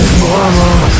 normal